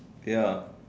ya